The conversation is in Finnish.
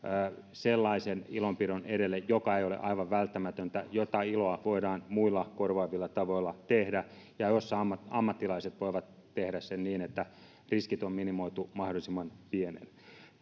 sellaisen ilonpidon edelle joka ei ole aivan välttämätöntä jota iloa voidaan muilla korvaavilla tavoilla tehdä ja jonka ammattilaiset voivat tehdä niin että riskit on minimoitu mahdollisimman